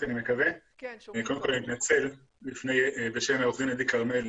קודם כל אני מתנצל בשם עו"ד עדי כרמלי,